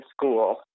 school